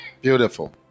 beautiful